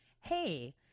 Hey